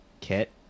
Kit